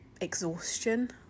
Exhaustion